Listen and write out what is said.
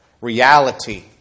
reality